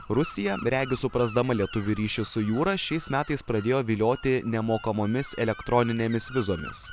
rusija regis suprasdama lietuvių ryšius su jūra šiais metais pradėjo vilioti nemokamomis elektroninėmis vizomis